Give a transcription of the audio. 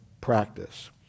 practice